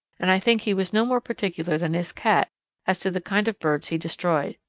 and i think he was no more particular than his cat as to the kind of birds he destroyed.